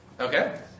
Okay